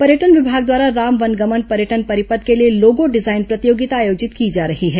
पर्यटन विभाग द्वारा राम वनगमन पर्यटन परिपथ के लिए लोगो डिजाइन प्रतियोगिता आयोजित की जा रही है